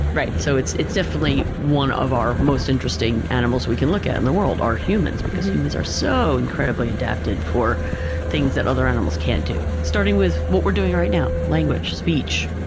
so it's it's definitely one of our most interesting animals we can look at in the world, are humans, because humans are so incredibly adapted for things that other animals can't do, starting with what we're doing right now, language, speech.